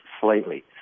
slightly